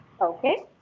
Okay